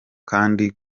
kandi